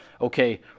okay